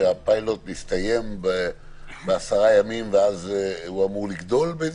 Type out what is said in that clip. כשהפיילוט מסתיים אחרי 10 הימים הוא אמור לגדול?